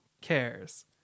cares